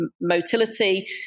motility